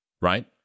right